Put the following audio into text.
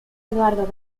eduardo